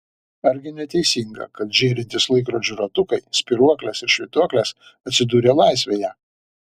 argi neteisinga kad žėrintys laikrodžių ratukai spyruoklės ir švytuoklės atsidūrė laisvėje